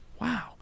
Wow